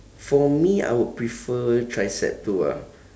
for me I would prefer tricep too ah